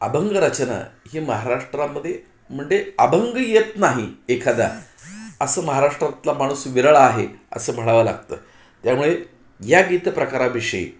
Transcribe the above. अभंग रचना ही महाराष्ट्रामदे मंडे अभंग येत नाही एखादा असं महाराष्ट्रातला माणूस विरळा आहे असं म्हणावं लागतं त्यामुळे या गीत प्रकाराविषयी